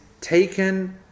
taken